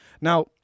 Now